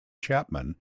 chapman